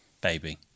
Baby